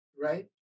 right